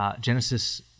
Genesis